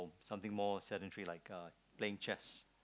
something more sedentary like uh playing chess